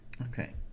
okay